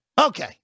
Okay